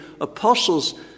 apostles